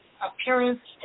appearance